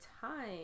time